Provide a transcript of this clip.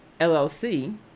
LLC